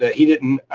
ah he didn't.